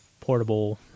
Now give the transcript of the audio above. portable